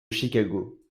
chicago